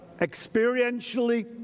experientially